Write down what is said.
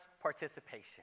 participation